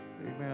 Amen